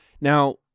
Now